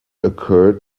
occur